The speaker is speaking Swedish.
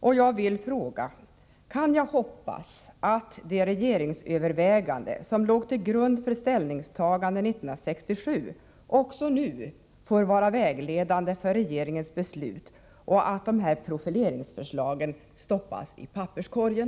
Jag vill ställa frågan: Kan jag hoppas att det regeringsövervägande som låg till grund för ställningstagandet år 1967 också nu får vara vägledande för regeringens beslut och att de här profileringsförslagen stoppas i papperskorgen?